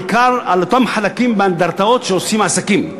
בעיקר באותם חלקים באנדרטאות שעושים בהם עסקים.